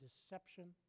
deception